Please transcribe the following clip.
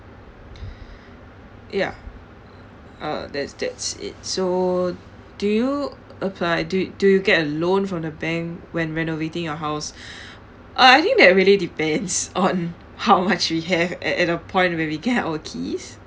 ya uh that's that's it so do you apply do do you get a loan from the bank when when renovating your house uh I think that really depends on how much we have at at the point when we get our keys